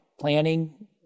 planning